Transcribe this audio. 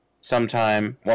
Sometime